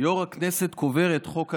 "יו"ר הכנסת קובר את 'חוק הנאשם'"